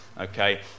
okay